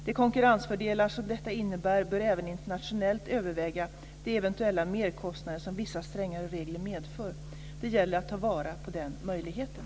De konkurrensfördelar som detta innebär bör även internationellt överväga de eventuella merkostnader som vissa strängare regler medför. Det gäller att ta vara på den möjligheten.